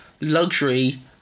luxury